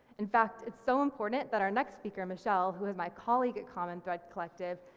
in fact it's so important that our next speaker, michelle, who is my colleague at common thread collective,